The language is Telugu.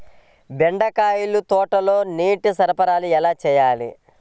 బెండకాయ తోటలో నీటి సరఫరా ఎలా చేయాలి?